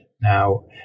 Now